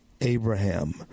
Abraham